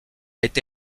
été